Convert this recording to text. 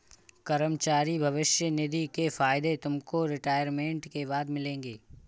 कर्मचारी भविष्य निधि के फायदे तुमको रिटायरमेंट के बाद मिलेंगे